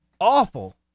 awful